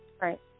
right